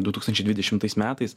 du tūkstančiai dvidešimtais metais